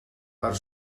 per